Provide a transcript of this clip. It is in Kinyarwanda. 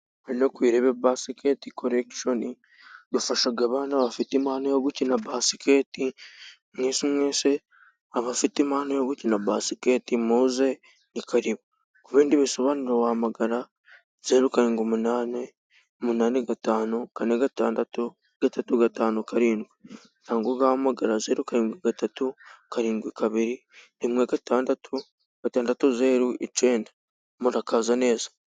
Hano ku irebe basiketi kolegishoni ,dufasha abana bafite impano yo gukina basiketi bolo, muze mwese abafite impano yo gukina basiketi bolo. Muze ni karibu, ku bindi bisobanura wamagara : zeru, karindwi ,umunani, umunani, gatanu, kane, gatandatu, gatatu, gatanu, karindwi. Cyangwa ugahamagara :zeru, karindwi ,gatatu, karindwi, kabiri, rimwe, gatandatu ,gatandatu, zeru ,icyenda, murakaza neza.